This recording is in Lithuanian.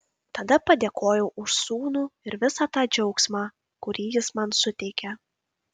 tada padėkojau už sūnų ir visą tą džiaugsmą kurį jis man suteikia